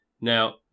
Now